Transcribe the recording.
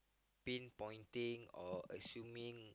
pinpointing or assuming